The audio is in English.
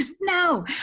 No